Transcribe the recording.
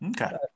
Okay